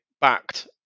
backed